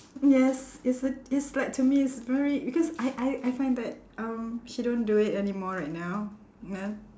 yes it's a it's like to me it's very because I I I find that um she don't do it anymore right now then